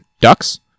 Ducks